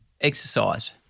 exercise